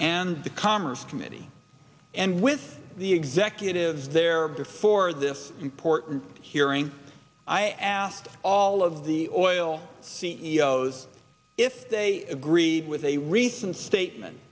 and the commerce committee and with the executives there before this important hearing i asked all of the oil c e o s if they agreed with a recent statement